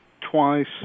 twice